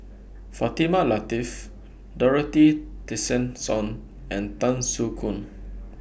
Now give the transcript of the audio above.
Fatimah Lateef Dorothy Tessensohn and Tan Soo Khoon